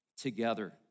together